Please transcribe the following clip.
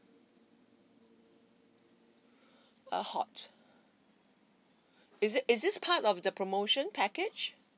uh hot is it is this part of the promotion package